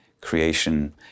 creation